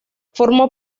formó